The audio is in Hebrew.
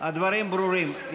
הדברים ברורים?